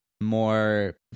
more